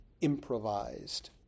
improvised